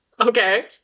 Okay